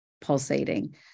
pulsating